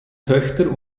töchter